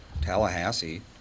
Tallahassee